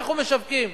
אנחנו משווקים.